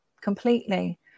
completely